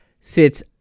sits